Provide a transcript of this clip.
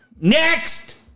next